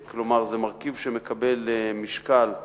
כלומר, זה מרכיב שמקבל משקל,